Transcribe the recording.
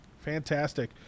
Fantastic